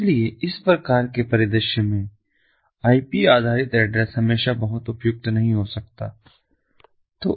इसलिए इस प्रकार के परिदृश्य में आईपी आधारित एड्रेस हमेशा बहुत उपयुक्त नहीं हो सकता है